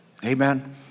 Amen